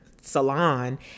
salon